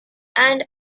and